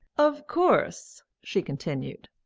of course, she continued,